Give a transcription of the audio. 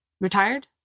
retired